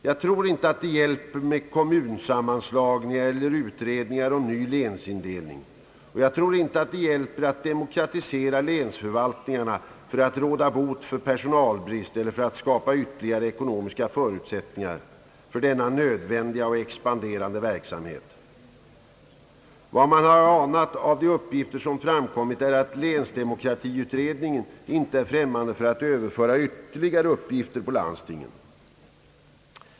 Jag tror inte att det hjälper med kommunsammanslagningar eller utredningar om ny länsindelning, och jag tror inte att det hjälper att demokratisera länsförvaltningarna för att råda bot för personalbrist eller för att skapa ytterligare ekonomiska förutsättningar för denna nödvändiga och expanderande verksamhet. Vad man har anat av de uppgifter som framkommit är att länsdemokratiutredningen inte är främmande för att överföra ytterligare uppgifter på landstingen.